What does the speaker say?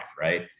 Right